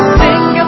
sing